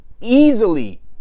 easily